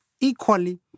equally